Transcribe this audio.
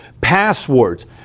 passwords